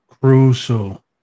Crucial